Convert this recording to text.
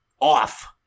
off